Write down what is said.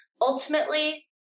ultimately